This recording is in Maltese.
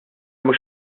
mhux